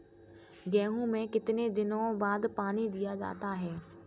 गेहूँ में कितने दिनों बाद पानी दिया जाता है?